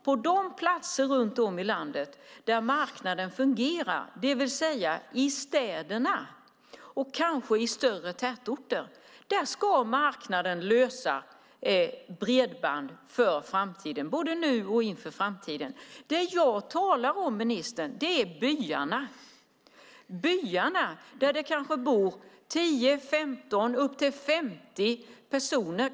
På de platser runt om i landet där marknaden fungerar, det vill säga i städerna och kanske i större tätorter, ska marknaden ordna bredband både nu och i framtiden. Det jag talar om, ministern, är byarna där det kanske bor 10-50 personer.